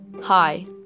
Hi